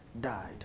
died